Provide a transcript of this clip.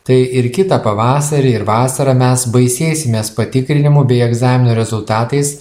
tai ir kitą pavasarį ir vasarą mes baisėsimės patikrinimų bei egzaminų rezultatais